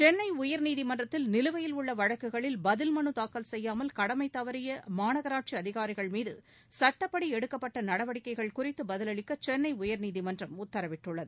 சென்னை உயா்நீதிமன்றத்தில் நிலுவையில் உள்ள வழக்குகளில் பதில் மனு தாக்கல் செய்யாமல் கடமை தவறிய மாநகராட்சி அதிகாரிகள் மீது சுட்டப்படி எடுக்கப்பட்ட நடவடிக்கைகள் குறித்து பதிலளிக்க சென்னை உயர்நீதிமன்றம் உத்தரவிட்டுள்ளது